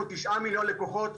אנחנו 9 מיליון לקוחות,